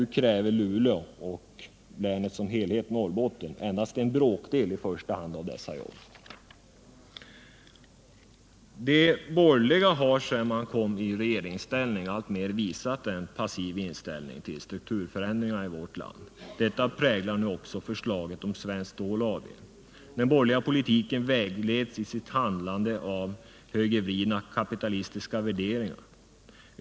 Nu kräver Luleå och Norrbottens län som helhet i första hand endast en bråkdel av dessa jobb. De borgerliga har sedan de kom i regeringsställning alltmer visat en passiv inställning till strukturförändringarna i vårt land. Detta präglar nu också förslaget om Svenskt Stål AB. De borgerliga politikerna vägleds i sitt handlande av högervridna kapitalistiska värderingar.